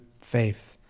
faith